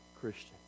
Christian